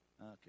Okay